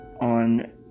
on